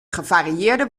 gevarieerde